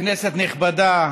כנסת נכבדה,